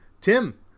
Tim